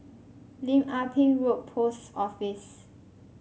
Lim Ah Pin Road Post Office